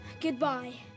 Goodbye